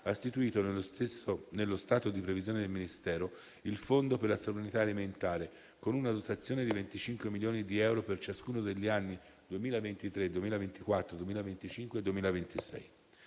ha istituito nello stato di previsione del Ministero il Fondo per la stabilità alimentare, con una dotazione di 25 milioni di euro per ciascuno degli anni 2023, 2024, 2025 e 2026.